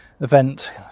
event